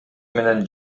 менен